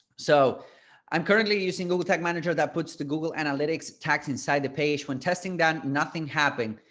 so i'm currently using google tag manager that puts the google analytics tags inside the page when testing down, nothing happening,